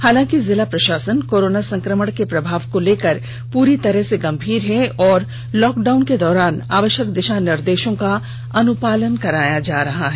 हालांकि जिला प्रषासन कोरोना संकमण के प्रभाव को लेकर पूरी तरह से गंभीर है और लॉक डाउन के दौरान आवष्यक दिषा निर्देषों का अनुपालन किया जा रहा है